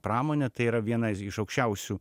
pramone tai yra viena iš aukščiausių